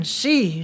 see